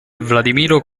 vladimiro